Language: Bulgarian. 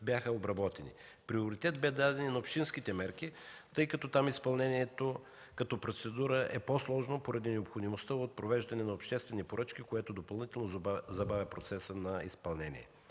бяха обработени. Приоритет бе даден и на общинските мерки, тъй като там изпълнението като процедура е по-сложно поради необходимостта от провеждане на обществени поръчки, което допълнително забавя процеса на изпълнение.